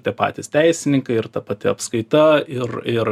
tie patys teisininkai ir ta pati apskaita ir ir